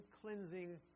cleansing